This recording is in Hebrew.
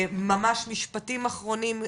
ממש משפטים אחרונים.